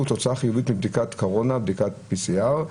תוצאה חיובית לבדיקת קורונה בדיקת PCR,